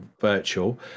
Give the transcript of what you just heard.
virtual